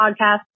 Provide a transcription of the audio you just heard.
podcast